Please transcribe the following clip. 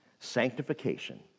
Sanctification